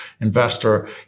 investor